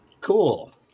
Cool